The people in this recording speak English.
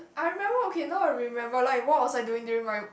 I remember okay now I remember like what I was doing during my